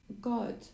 God